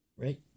Right